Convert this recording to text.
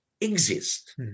exist